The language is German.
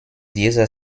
dieser